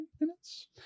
minutes